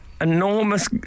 enormous